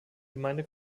gemeinde